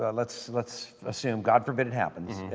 ah lets lets assume god forbid it happens.